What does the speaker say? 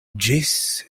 ĝis